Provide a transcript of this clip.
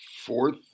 fourth